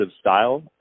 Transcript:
style